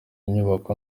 inyubako